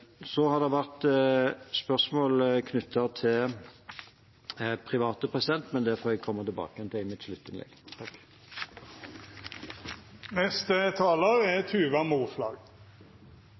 Så har det vært spørsmål knyttet til private, men det får jeg komme tilbake til i mitt sluttinnlegg.